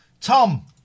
Tom